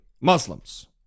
Muslims